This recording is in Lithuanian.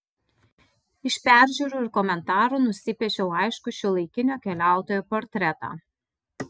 iš peržiūrų ir komentarų nusipiešiau aiškų šiuolaikinio keliautojo portretą